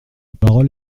parole